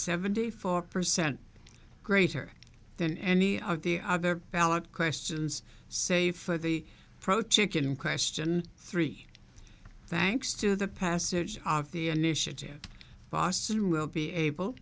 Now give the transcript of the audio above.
seventy four percent greater than any of the other valid questions save for the protea can question three thanks to the passage of the initiative boston will be able